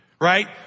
right